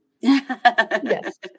Yes